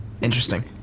Interesting